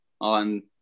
on